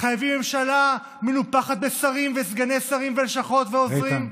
חייבים ממשלה מנופחת בשרים וסגני שרים ולשכות ועוזרים?